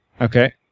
Okay